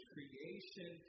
Creation